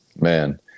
Man